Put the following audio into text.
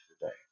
today